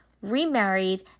remarried